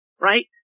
Right